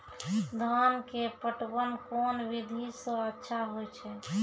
धान के पटवन कोन विधि सै अच्छा होय छै?